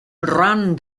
ran